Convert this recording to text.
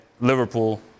Liverpool